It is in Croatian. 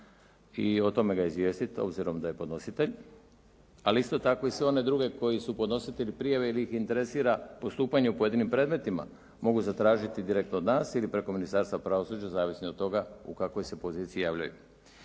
i o tome ga izvijestiti obzirom da je podnositelj, ali isto tako i sve one druge koji su podnositelji prijave ili ih interesira postupanje u pojedinim predmetima, mogu zatražiti direktno od nas ili preko Ministarstva pravosuđa zavisno od toga u kakvoj se poziciji javljaju.